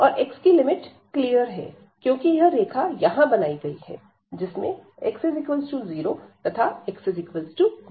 और x की limit clear हैं क्योंकि यह रेखा यहां बनाई गई हैं जिसमें x0 तथा x1 है